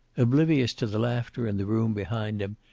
oblivious to the laughter in the room behind him,